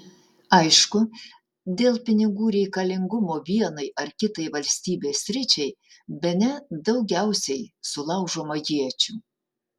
aišku dėl pinigų reikalingumo vienai ar kitai valstybės sričiai bene daugiausiai sulaužoma iečių